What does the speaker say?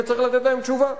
וצריך לתת להם תשובה.